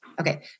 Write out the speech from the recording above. Okay